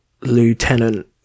lieutenant